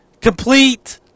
complete